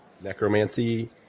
necromancy